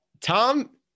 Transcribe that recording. Tom